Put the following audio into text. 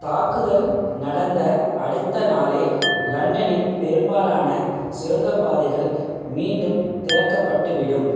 தாக்குதல் நடந்த அடுத்த நாளே லண்டனின் பெரும்பாலான சுரங்கப் பாதைகள் மீண்டும் திறக்கப்பட்டுவிடும்